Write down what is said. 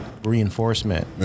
Reinforcement